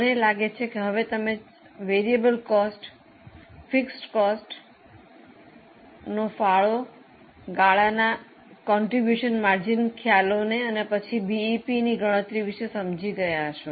મને લાગે છે કે તમે ચલિત ખર્ચ સ્થિર ખર્ચ ફાળો ગાળોના ખ્યાલોને અને પછી બીઈપીની ગણતરી વિશે સમજી ગયા હશો